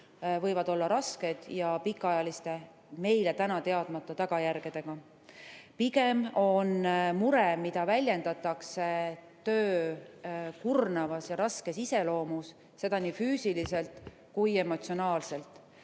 võivad olla rasked ja pikaajaliste, meile täna teadmata tagajärgedega. Pigem on mure, mida väljendatakse, töö kurnavas ja raskes iseloomus, seda nii füüsiliselt kui ka emotsionaalselt.